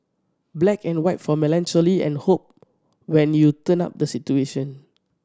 black and white for melancholy and hope when you turn up the saturation